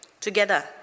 Together